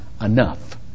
enough